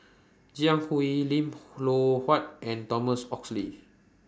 Jiang Hu Lim Loh Huat and Thomas Oxley